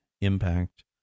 impact